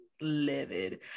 livid